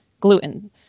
Gluten